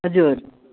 हजुर